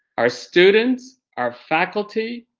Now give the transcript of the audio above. our students, our faculty,